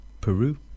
Peru